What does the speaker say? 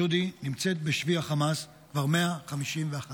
ג'ודי נמצאת בשבי חמאס כבר 151 ימים.